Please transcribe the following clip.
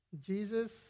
Jesus